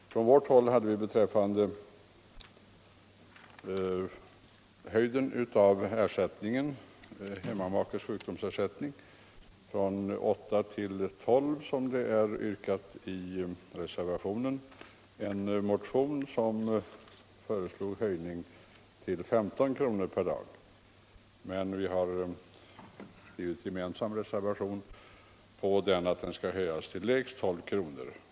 Från folkpartihåll hade vi beträffande hemmamakes sjukdomsersättning en motion om höjning till 15 kr. per dag. Men vi har skrivit en gemensam reservation med centerpartiet om en höjning till lägst 12 kr.